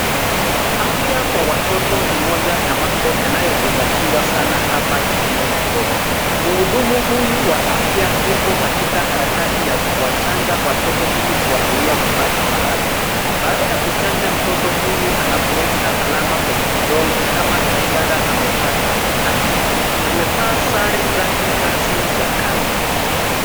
Afya kwa watoto ni moja ya mambo yanayozingatiwa sana hapa jijini Nairobi. Mhudumu huyu wa afya yuko katika harakati ya kuwachanja watoto ili kuwazuia kupata maradhi. Baada ya kuchanja mtoto huyu anamueka alama kwenye kidole kama ishara amepata chanjo. Amevaa sare zake rasmi za kazi.